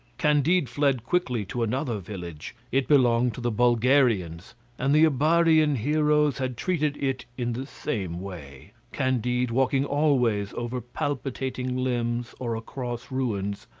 candide fled quickly to another village it belonged to the bulgarians and the abarian heroes had treated it in the same way. candide, walking always over palpitating limbs or across ruins,